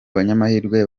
banyamahirwe